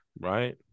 Right